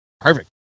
Perfect